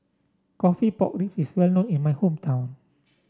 coffee Pork Ribs is well known in my hometown